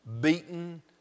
beaten